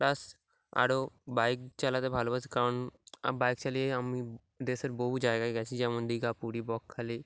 plus আরও bike চালাতে ভালোবাসি কারণ বাইক চালিয়ে আমি দেশের বহু জায়গায় গেছি যেমন দীঘা পুরি বকখালি